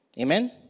Amen